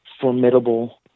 formidable